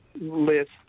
list